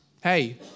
hey